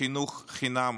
חינוך חינם